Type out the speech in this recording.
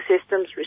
systems